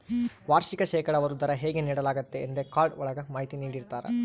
ವಾರ್ಷಿಕ ಶೇಕಡಾವಾರು ದರ ಹೇಗೆ ನೀಡಲಾಗ್ತತೆ ಎಂದೇ ಕಾರ್ಡ್ ಒಳಗ ಮಾಹಿತಿ ನೀಡಿರ್ತರ